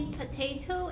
potato